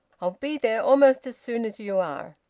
i'll be there almost as soon as you are.